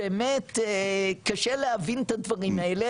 באמת קשה להבין את הדברים האלה.